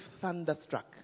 thunderstruck